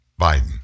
Biden